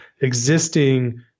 existing